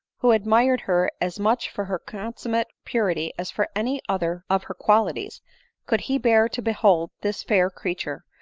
who ad mired her as much for her consummate purity as for any other of her qualities could he bear to behold this fair creature,